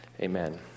amen